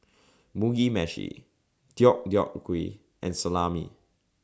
Mugi Meshi Deodeok Gui and Salami